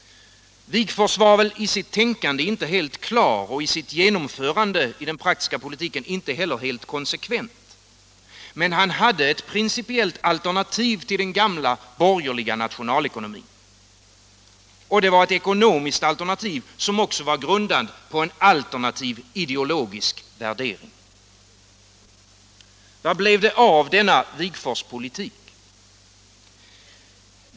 Wigforss var i sitt tänkande inte helt klar och i sitt genomförande inte heller konsekvent. Men han hade ett principiellt alternativ till den gamla borgerliga nationalekonomin. Det var ett alternativ grundat på en alternativ ideologisk värdering. Vad blev det av denna Wigforsspolitik?